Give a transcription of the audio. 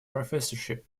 professorship